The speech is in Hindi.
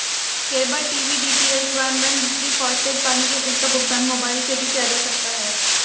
केबल टीवी डी.टी.एच, ब्रॉडबैंड, बिजली, फास्टैग, पानी के बिल का भुगतान मोबाइल से भी किया जा सकता है